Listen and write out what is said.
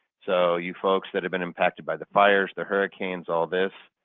so you folks that have been impacted by the fires, the hurricanes, all this,